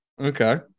Okay